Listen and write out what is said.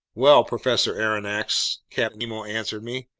well, professor aronnax, captain nemo answered me,